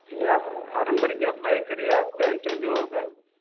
भले आप फारम भर के अप्लाय करिए आपका इंटरव्यू होगा